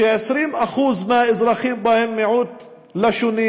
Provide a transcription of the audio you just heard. ש-20% מהאזרחים בה הם מיעוט לשוני